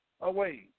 away